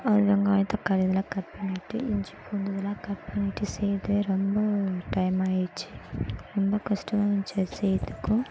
அது வெங்காயம் தக்காளி இதெல்லாம் கட் பண்ணிவிட்டு இஞ்சி பூண்டு இதெல்லாம் கட் பண்ணிட்டு செய்கிறது ரொம்பவே டைம் ஆகிடுச்சு ரொம்ப கஷ்டமா இருந்துச்சு அதை செய்கிறதுக்கும்